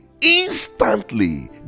instantly